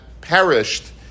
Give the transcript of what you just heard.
perished